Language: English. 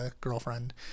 girlfriend